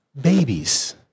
babies